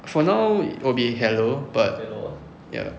for now will be halo but ya